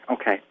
Okay